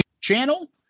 channel